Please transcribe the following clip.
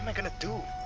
um gonna do?